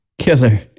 Killer